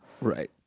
Right